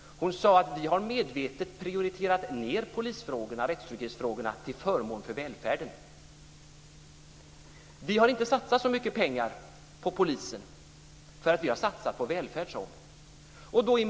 Hon sade att vi medvetet har prioriterat ned polisfrågorna och rättstrygghetsfrågorna till förmån för välfärden. Vi har inte satsat så mycket pengar på poliser, för vi har satsat på välfärd, sade hon.